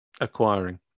acquiring